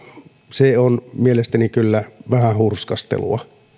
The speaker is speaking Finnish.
se on mielestäni kyllä vähän hurskastelua